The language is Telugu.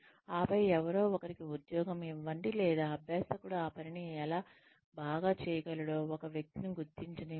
ఆపై ఎవరో ఒకరికి ఉద్యోగం ఇవ్వండి లేదా అభ్యాసకుడు ఆ పనిని ఎలా బాగా చేయగలడో ఒక వ్యక్తి ని గుర్తించనివ్వండి